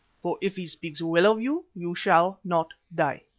for if he speaks well of you, you shall not die.